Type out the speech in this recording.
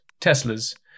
Teslas